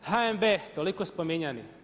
HNB toliko spominjan.